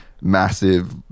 massive